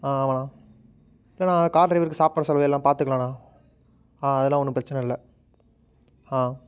ஆ ஆமாம்ணா இல்லைண்ணா கார் டிரைவருக்கு சாப்பாடு செலவு எல்லாம் பார்த்துக்கலாண்ணா ஆ அதலாம் ஒன்றும் பிரச்சனை இல்லை ஆ